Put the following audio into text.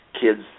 kids